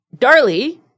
Darlie